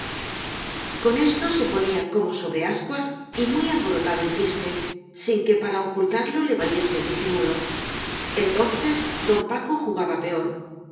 con esto se ponía como sobre ascuas y muy alborotado y triste sin que para ocultarlo le valiese el disimulo entonces don paco jugaba peor